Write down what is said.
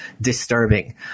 disturbing